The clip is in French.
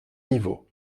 niveau